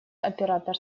оператор